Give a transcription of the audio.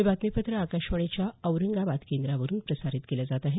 हे बातमीपत्र आकाशवाणीच्या औरंगाबाद केंद्रावरून प्रसारित केलं जात आहे